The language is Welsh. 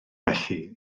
felly